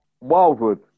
Wildwood